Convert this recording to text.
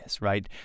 right